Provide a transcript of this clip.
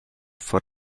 for